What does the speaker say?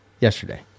yesterday